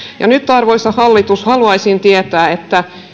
ja nyt arvoisa hallitus haluaisin tietää